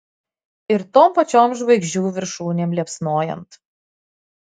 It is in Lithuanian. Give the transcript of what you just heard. ir tom pačiom žvaigždžių viršūnėm liepsnojant